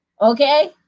Okay